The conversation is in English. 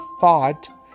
thought